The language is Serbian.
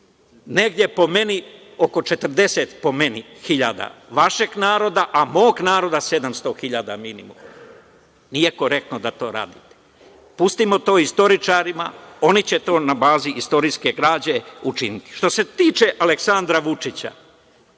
hiljada, po meni, vašeg naroda, a mog naroda 700 hiljada minimum. Nije korektno da to radite. Pustimo to istoričarima, oni će to na bazi istorijske građe učiniti. Što se tiče Aleksandra Vučića,